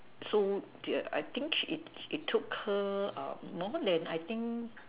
so the I think she it it took her um more than I think